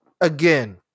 again